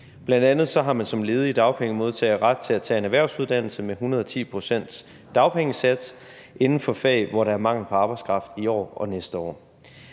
Bl.a. har man som ledig dagpengemodtager ret til at tage en erhvervsuddannelse med 110 pct.s dagpengesats inden for fag, hvor der er mangel på arbejdskraft i år og næste år.